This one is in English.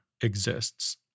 exists